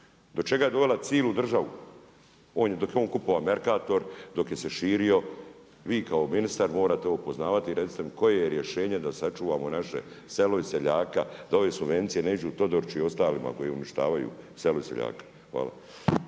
do čega je dovela cilu državu dok je on kupovao Merkator, dok se širio. Vi kao ministar morate ovo poznavati i recite mi koje je rješenje da sačuvamo naše selo i seljaka, da ove subvencije neće Todoriću i ostalima koji uništavaju selo i seljaka. Hvala.